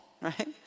right